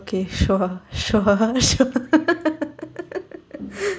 okay sure sure sure